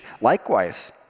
Likewise